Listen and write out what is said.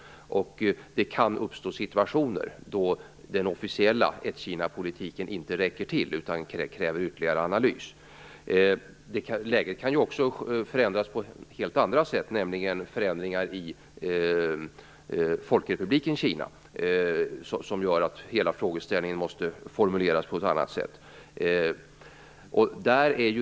Det kan uppstå situationer då den officiella Kinapolitiken inte räcker till utan kräver ytterligare analys. Läget kan ju också förändras på helt andra sätt. Det kan bli förändringar i folkrepubliken Kina som gör att hela frågeställningen måste formuleras på ett annat sätt.